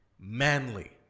manly